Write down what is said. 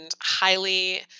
highly